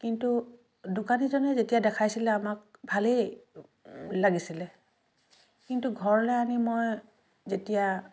কিন্তু দোকানীজনে যেতিয়া দেখাইছিলে আমাক ভালেই লাগিছিলে কিন্তু ঘৰলৈ আনি মই যেতিয়া